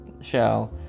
show